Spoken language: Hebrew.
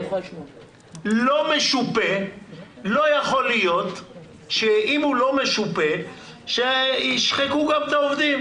לא יכול להיות שאם הוא לא משופה שישחקו גם את העובדים.